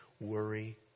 worry